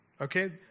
okay